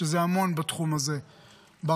שזה המון בתחום הזה ברלב"ד.